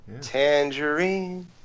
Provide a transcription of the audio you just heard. Tangerine